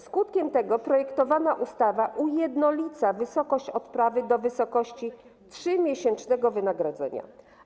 Skutkiem tego projektowana ustawa ujednolica wysokość odprawy do wysokości 3-miesięcznego wynagrodzenia.